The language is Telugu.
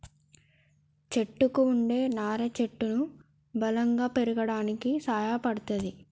చెట్టుకు వుండే నారా చెట్టును బలంగా పెరగడానికి సాయపడ్తది